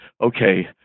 okay